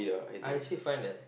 I actually find that